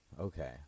okay